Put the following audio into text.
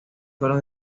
fueron